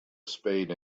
spade